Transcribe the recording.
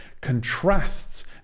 contrasts